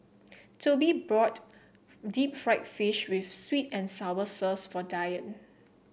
Tobie bought Deep Fried Fish with sweet and sour sauce for Dyan